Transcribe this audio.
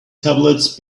tablets